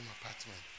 apartment